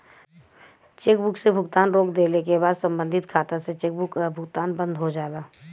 chequebook से भुगतान रोक देले क बाद सम्बंधित खाता से चेकबुक क भुगतान बंद हो जाला